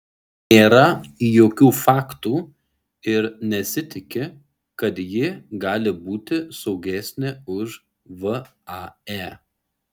nėra jokių faktų ir nesitiki kad ji gali būti saugesnė už vae